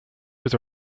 was